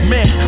Man